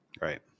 right